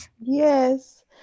yes